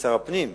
כשר הפנים,